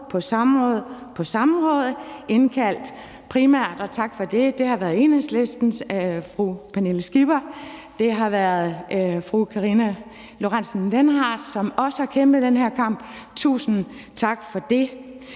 på samråd, indkaldt primært, og tak for det, af Enhedslistens fru Pernille Skipper og fru Karina Lorentzen Dehnhardt, som også har kæmpet den her kamp. Tusind tak for det.